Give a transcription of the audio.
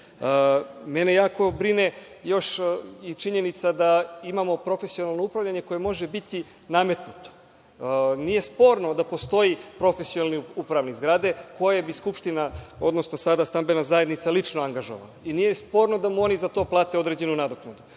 kaže. Mene jako brine činjenica da imamo profesionalno upravljanje koje može biti nametnuto. Nije sporno da postoji profesionalni upravnik zgrade kojeg bi Skupština, odnosno sada stambena zajednica lično angažovala i nije sporno da mu oni za to plate određenu nadoknadu,